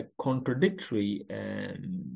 contradictory